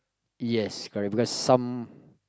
yes correct because some